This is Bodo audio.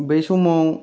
बैसमाव